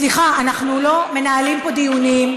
סליחה, אנחנו לא מנהלים פה דיונים.